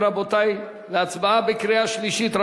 רבותי, אנחנו עוברים להצבעה בקריאה שלישית.